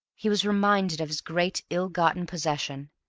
he was reminded of his great ill-gotten possession.